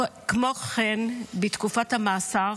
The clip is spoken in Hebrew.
כמו כן, בתקופת המאסר